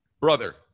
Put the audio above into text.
Brother